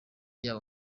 yabo